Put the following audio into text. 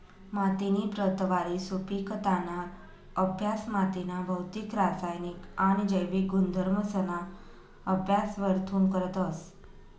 मातीनी प्रतवारी, सुपिकताना अभ्यास मातीना भौतिक, रासायनिक आणि जैविक गुणधर्मसना अभ्यास वरथून करतस